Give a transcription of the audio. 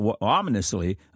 ominously